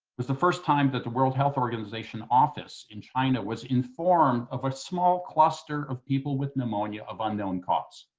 was the first time that the world health organization office in china was informed of a small cluster of people with pneumonia of unknown cause.